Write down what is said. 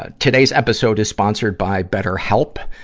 ah today's episode is sponsored by betterhelp.